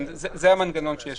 זה המנגנון שקיים